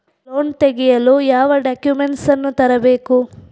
Loan ತೆಗೆಯಲು ಯಾವ documents ಅನ್ನು ತರಬೇಕು?